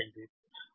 நான் இங்கே ZB2 62